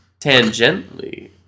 Tangentially